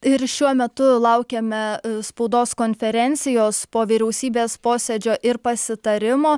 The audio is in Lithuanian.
ir šiuo metu laukiame spaudos konferencijos po vyriausybės posėdžio ir pasitarimo